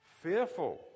Fearful